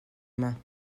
main